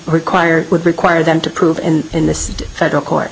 require would require them to prove and in this federal court